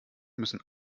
müssen